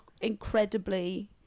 incredibly